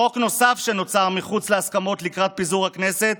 חוק נוסף שנוצר מחוץ להסכמות לקראת פיזור הכנסת